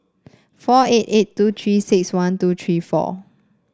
four eight eight two Three six one two three four